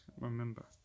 remember